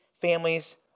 families